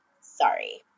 Sorry